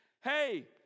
hey